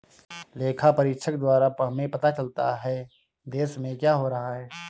लेखा परीक्षक द्वारा हमें पता चलता हैं, देश में क्या हो रहा हैं?